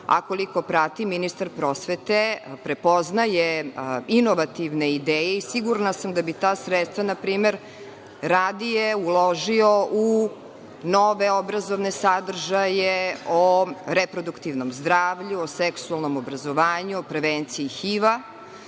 a koliko prati ministar prosvete, prepoznaje inovativne ideje i sigurna sam da bi ta sredstva npr. radije uložio u nove obrazovne sadržaje o reproduktivnom zdravlju, o seksualnom obrazovanju, o prevenciji HIV-a,